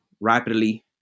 rapidly